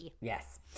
Yes